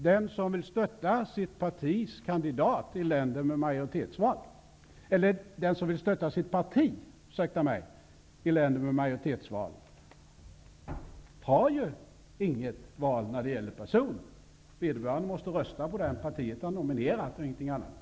Den som vill stötta sitt parti i länder med majoritetsval, har ju inget val när det gäller personer. Vederbörande måste rösta på den som partiet har nominerat och ingen annan.